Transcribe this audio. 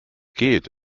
geht